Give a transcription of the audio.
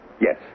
Yes